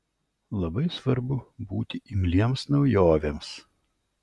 labai svarbu būti imliems naujovėms